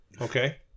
okay